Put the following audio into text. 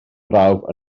brawf